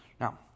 Now